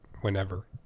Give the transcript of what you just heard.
whenever